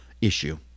issue